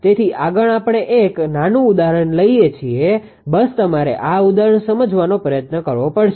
તેથી આગળ આપણે એક નાનું ઉદાહરણ લઈએ છીએ બસ તમારે આ ઉદાહરણ સમજવાનો પ્રયત્ન કરવો પડશે